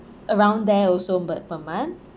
around there also but per month